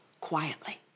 quietly